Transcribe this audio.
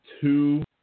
two